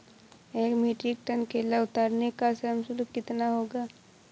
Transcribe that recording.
एक metric tonne केला उतारने का श्रम शुल्क कितना होगा?